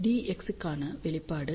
Dx க்கான வெளிப்பாடு